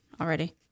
already